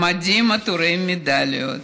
במדים עטורי מדליות,